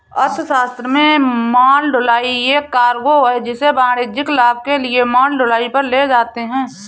अर्थशास्त्र में माल ढुलाई एक कार्गो है जिसे वाणिज्यिक लाभ के लिए माल ढुलाई पर ले जाते है